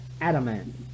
adamant